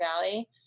valley